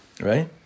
Right